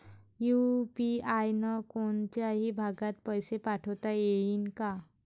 UPI न कोनच्याही भागात पैसे पाठवता येईन का?